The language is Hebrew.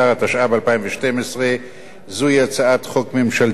התשע"ב 2012. זוהי הצעת חוק ממשלתית.